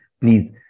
please